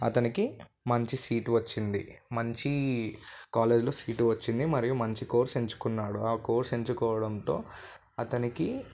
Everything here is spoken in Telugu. అతనికి మంచి సీటు వచ్చింది మంచి కాలేజ్లో సీటు వచ్చింది మరియు మంచి కోర్స్ ఎంచుకున్నాడు ఆ కోర్స్ ఎంచుకోవడంతో అతనికి